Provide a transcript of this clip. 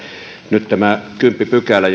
nyt on tämä kymmenes pykälä